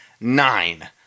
nine